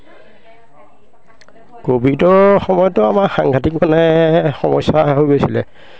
ক'ভিডৰ সময়তো আমাৰ সাংঘাতিক মানে সমস্যা হৈ গৈছিলে